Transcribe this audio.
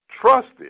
trusted